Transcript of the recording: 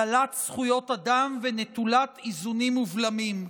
דלת זכויות אדם ונטולת איזונים ובלמים.